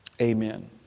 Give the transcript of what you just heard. Amen